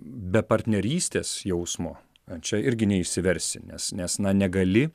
be partnerystės jausmo čia irgi neišsiversi nes nes na negali